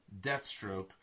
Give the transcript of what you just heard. Deathstroke